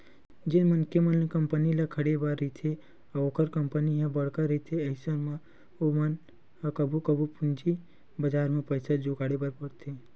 जेन मनखे मन ल कंपनी ल खड़े बर रहिथे अउ ओखर कंपनी ह बड़का रहिथे अइसन म ओमन ह कभू कभू पूंजी बजार म पइसा जुगाड़े बर परथे